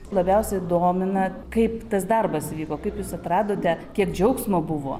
labiausiai domina kaip tas darbas vyko kaip jūs atradote kiek džiaugsmo buvo